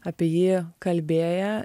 apie jį kalbėję